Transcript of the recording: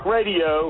Radio